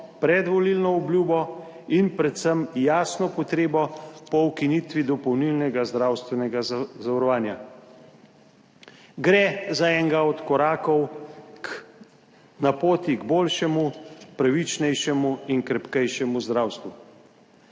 predvolilno obljubo in predvsem jasno potrebo po ukinitvi dopolnilnega zdravstvenega zavarovanja; gre za enega od korakov k na poti k boljšemu, pravičnejšemu in krepkejšemu zdravstvu.